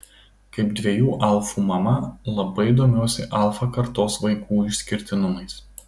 kaip dviejų alfų mama labai domiuosi alfa kartos vaikų išskirtinumais